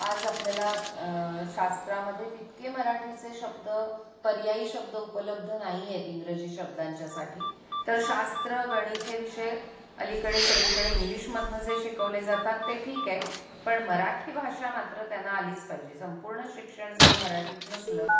आज आपल्याला शास्त्रामध्ये तितके मराठीचे शब्द पर्यायी शब्द उपलब्ध नाही आहेत इंग्रजी शब्दांच्यासाठी तर शास्त्र गणित हे विषय अलीकडे सगळीकडे इंग्लिशमधनं जे शिकवले जातात ते ठीक आहे पण मराठी भाषा मात्र त्यांना आलीच पाहिजे संपूर्ण शिक्षण जरी मराठीत नसलं